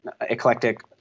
eclectic